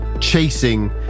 chasing